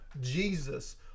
Jesus